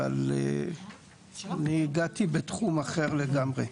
אבל אני הגעתי בתחום אחר לגמרי.